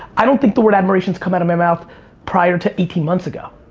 i don't think the word admiration has come out of my mouth prior to eighteen months ago.